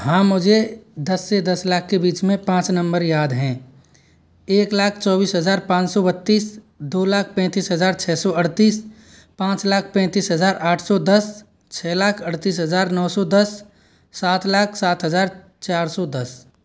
हाँ मुझे दस से दस लाख के बीच में पाँच नंबर याद हैं एक लाख चौबीस हज़ार पाँच सौ बत्तीस दो लाख पैंतीस हज़ार छः सौ अड़तीस पाँच लाख पैंतीस हज़ार आठ सौ दस छः लाख अड़तीस हज़ार नौ सौ दस सात लाख सात हज़ार चार सौ दस